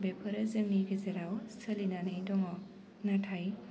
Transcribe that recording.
बेफोरो जोंनि गेजेराव सोलिनानै दङ नाथाय